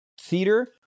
theater